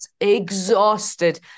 exhausted